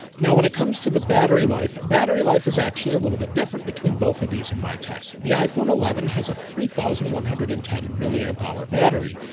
now, when it comes to the battery life, battery life is actually a little bit different between both of these in my tests, the iphone eleven has a three thousand one hundred and ten million power battery,